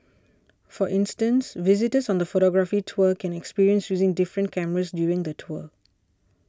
for instance visitors on the photography tour can experience using different cameras during the tour